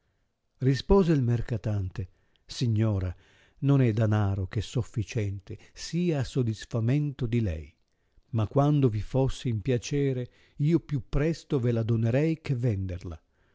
rispose il mercatante signora non è danaro che sofficiente sia a sodisfamento di lei ma quando vi fosse in piacere io più presto ve la donerei che venderla